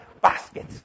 basket